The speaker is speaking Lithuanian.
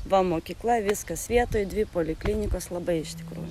va mokykla viskas vietoj dvi poliklinikos labai iš tikrųjų